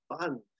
fun